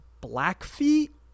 Blackfeet